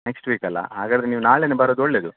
next ವೀಕಲ್ಲ ಹಾಗಾದರೆ ನೀವು ನಾಳೆನೆ ಬರೋದು ಒಳ್ಳೆಯದು